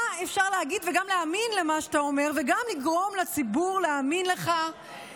מה אפשר להגיד וגם להאמין למה שאתה אומר וגם לגרום לציבור להאמין לךָ,